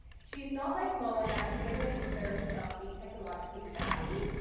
she's not like moe, in that she wouldn't really consider herself to be technologically savvy.